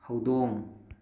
ꯍꯧꯗꯣꯡ